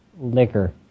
liquor